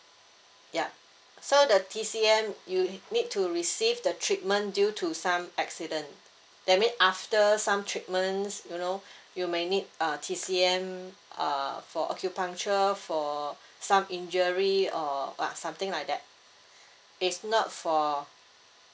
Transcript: yup so the T_C_M you need to receive the treatment due to some accident that mean after some treatments you know you may need uh T_C_M uh for acupuncture for some injury or uh something like that it's not for